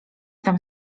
tam